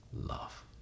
love